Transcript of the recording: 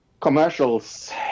commercials